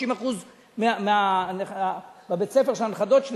60% מבית-הספר של הנכדות,